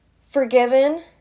forgiven